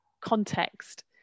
context